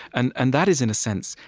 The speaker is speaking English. and and that is, in a sense,